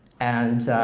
and